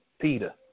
Peter